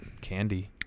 candy